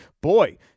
boy